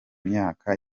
myaka